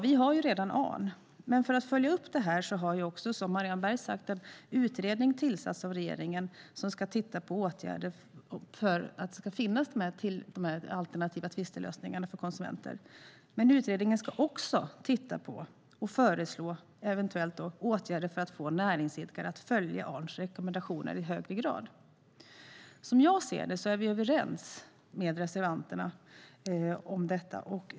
Vi har redan Arn, men för att följa upp det här har, som Marianne Berg nämnde, en utredning tillsatts av regeringen som ska titta på åtgärder som ska finnas för alternativa tvistelösningar för konsumenter. Utredningen ska också föreslå åtgärder för att få näringsidkare att följa Arns rekommendationer i högre grad. Som jag ser det är vi överens med reservanterna om detta.